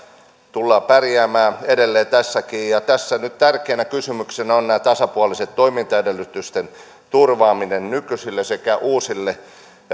tullaan pärjäämään edelleen tässäkin tässä nyt tärkeänä kysymyksenä on tasapuolisten toimintaedellytysten turvaaminen nykyisille sekä uusille